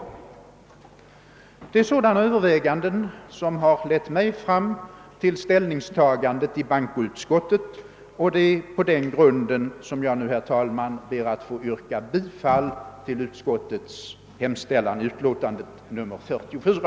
Det är sådana överväganden som har lett mig fram till ställningstagandet i bankoutskottet, och det är på den grunden som jag nu, herr talman, ber att få yrka bifall till utskottets hemställan i utlåtande nr 44.